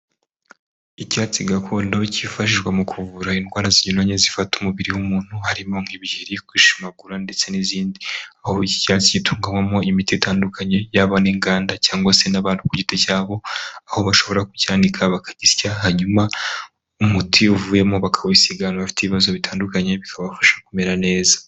Icyatsi gakondo kifashishwa mu kuvura indwara zinyuranye zifata umubiri w'umuntu, harimo nk'ibiheri, kwishimagura ndetse n'izindi, aho iki cyatsi gitunganywamo imiti itandukanye, yaba n'inganda cyangwa se n'abantu ku giti cyabo, aho bashobora kucyanika bakagisya, hanyuma umuti uvuyemo bakawisiga ahantu bafite ibibazo bitandukanye, bikabafasha kumera neza.